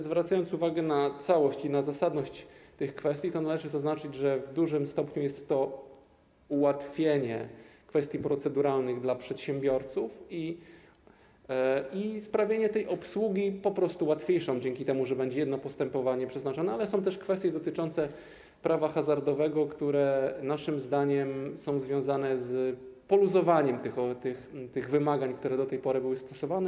Zwracając więc uwagę na całość i na zasadność tych kwestii, należy zaznaczyć, że w dużym stopniu jest to ułatwienie kwestii proceduralnych dla przedsiębiorców i uczynienie tej obsługi po prostu łatwiejszą dzięki temu, że będzie jedno postępowanie przeznaczone, ale są też kwestie dotyczące prawa hazardowego, które naszym zdaniem są związane z poluzowaniem tych wymagań, które do tej pory były stosowane.